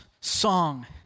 song